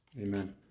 Amen